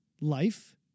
life